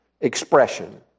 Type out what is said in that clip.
expression